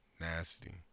Nasty